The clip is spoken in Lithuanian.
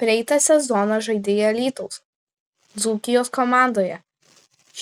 praeitą sezoną žaidei alytaus dzūkijos komandoje